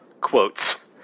quotes